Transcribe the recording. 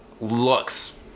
Looks